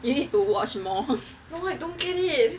you need to watch more